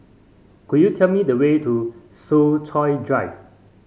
could you tell me the way to Soo Chow Drive